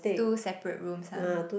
two separate rooms ah